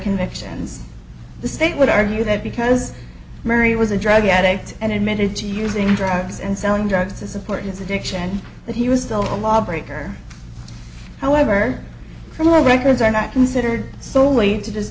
convictions the state would argue that because mary was a drug addict and admitted to using drugs and selling drugs to support his addiction that he was still a law breaker however criminal records are not considered so